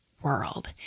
world